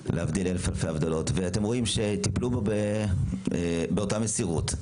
אתם רואים שטיפלו בו באותה מסירות.